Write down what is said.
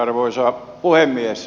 arvoisa puhemies